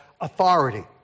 authority